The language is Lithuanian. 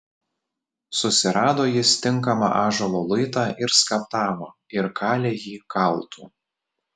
susirado jis tinkamą ąžuolo luitą ir skaptavo ir kalė jį kaltu